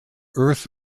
earth